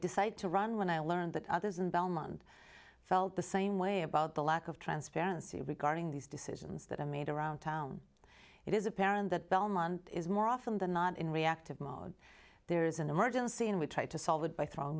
decided to run when i learned that others in belmont felt the same way about the lack of transparency regarding these decisions that i made around town it is apparent that belmont is more often than not in reactive mode there is an emergency and we try to solve it by throwing